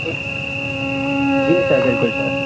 जी जी सर बिल्कुल सर